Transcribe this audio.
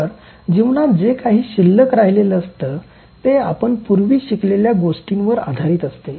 तर जीवनात जे काही शिल्लक राहिलेलं असते ते आपण पूर्वी शिकलेल्या गोष्टींवर आधारित असते